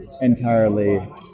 entirely